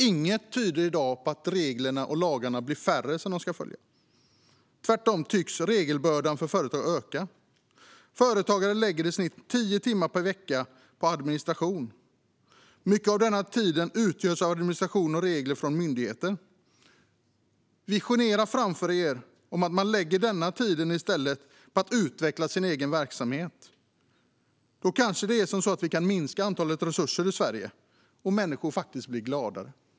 Inget tyder i dag på att dessa regler och lagar blir färre. Tvärtom tycks regelbördan för företag öka. Företagare lägger i snitt tio timmar per vecka på administration. Mycket av denna tid utgörs av administration till följd av regler från myndigheter. Försök se framför er att man i stället lägger den tiden på att utveckla sin egen verksamhet. Då kanske vi kan minska antalet konkurser i Sverige, och kanske blir människor faktiskt gladare.